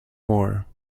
more